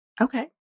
Okay